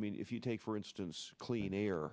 i mean if you take for instance clean air